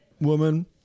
woman